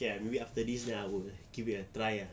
okay ah maybe after this then I will give it a try ah